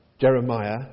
Jeremiah